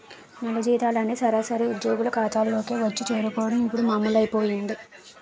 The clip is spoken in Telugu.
నెల జీతాలన్నీ సరాసరి ఉద్యోగుల ఖాతాల్లోకే వచ్చి చేరుకోవడం ఇప్పుడు మామూలైపోయింది